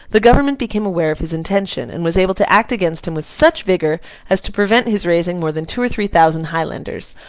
the government became aware of his intention, and was able to act against him with such vigour as to prevent his raising more than two or three thousand highlanders,